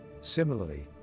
Similarly